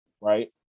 right